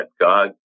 God